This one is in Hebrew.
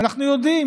ואנחנו יודעים,